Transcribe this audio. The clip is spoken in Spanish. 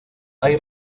hay